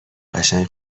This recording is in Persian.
قشنگ